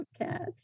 cats